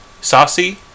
saucy